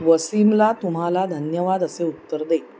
वसिमला तुम्हाला धन्यवाद असे उत्तर दे